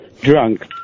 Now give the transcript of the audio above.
Drunk